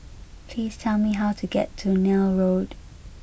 please tell me how to get to Neil Road